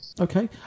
okay